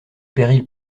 péril